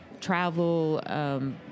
travel